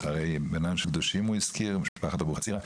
הרי הוא בנם של קדושים ממשפחת אבוחצירא.